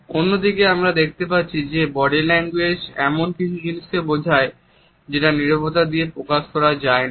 অন্যদিকে আমরা দেখতে পাচ্ছি যে বডি ল্যাঙ্গুয়েজ এমন কিছু জিনিসকে বোঝায় যেটা নীরবতা দিয়ে প্রকাশ করা যায় না